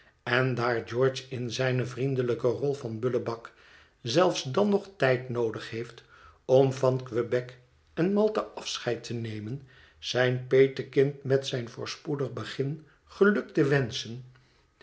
en daar george in zijne vriendelijke rol van bullebak zelfs dan nog tijd noodig heeft om van quebec en malta afscheid te nemen zijn petekind met zijn voorspoedig begin geluk te wenschen